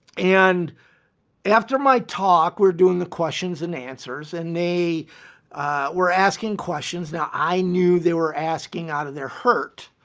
and after my talk, we're doing the questions and answers and they were asking questions. now i knew they were asking out of their heart,